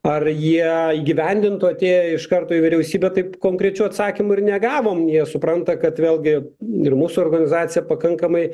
ar jie įgyvendintų atėję iš karto į vyriausybę taip konkrečių atsakymų ir negavom jie supranta kad vėlgi ir mūsų organizacija pakankamai